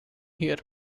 here